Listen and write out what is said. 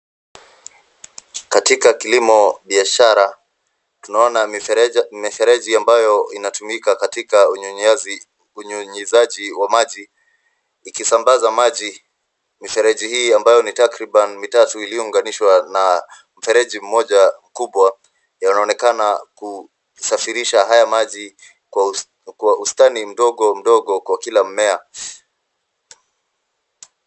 Katika kilimo biashara tunaona mifereji ambayo inatukima katika unyunyizaji wa maji ikisamabaza maji. Mifereji hii ambayo ni takribani mitatu iliyo unganishwa na mfereji mmoja kubwa yanaonekana kusafirisha haya maji kwa ustani mdogo mdogo kwa kila mmea.